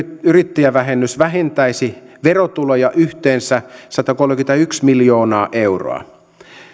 yrittäjävähennys vähentäisi verotuloja yhteensä satakolmekymmentäyksi miljoonaa euroa